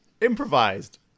improvised